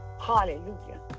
Hallelujah